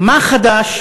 מה חדש